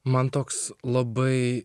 man toks labai